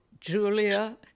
Julia